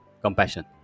compassion